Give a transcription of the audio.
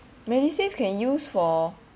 medisave can use for